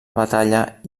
batalla